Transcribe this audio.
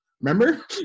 Remember